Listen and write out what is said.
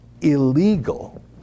illegal